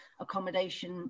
accommodation